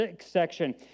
section